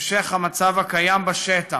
המשך המצב הקיים בשטח,